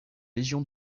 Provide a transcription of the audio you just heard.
légion